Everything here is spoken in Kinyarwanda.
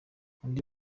undi